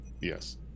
Yes